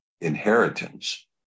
inheritance